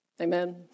Amen